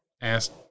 asked